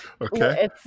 Okay